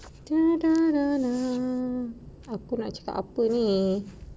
aku nak cakap apa ni